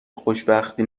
خوشبختی